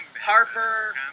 Harper